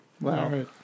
Wow